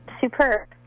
superb